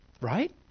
Right